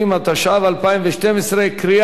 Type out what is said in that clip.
לוועדת